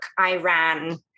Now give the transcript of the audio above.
Iran